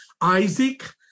Isaac